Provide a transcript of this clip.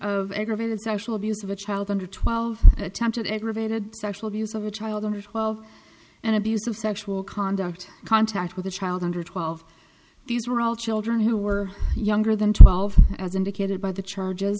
of aggravated sexual abuse of a child under twelve attempted aggravated sexual abuse of a child under twelve and abusive sexual conduct contact with a child under twelve these were all children who were younger than twelve as indicated by the